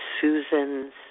Susans